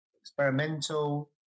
experimental